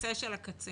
לקצה של הקצה,